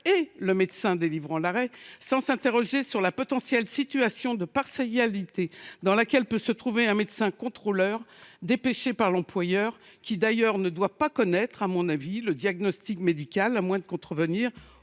et le médecin délivrant l’arrêt, sans s’interroger sur la potentielle situation de partialité dans laquelle peut se trouver un médecin contrôleur dépêché par l’employeur qui, d’ailleurs, ne doit pas connaître, à mon sens, le diagnostic médical, à moins de contrevenir